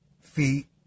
feet